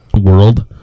world